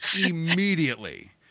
immediately